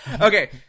Okay